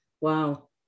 wow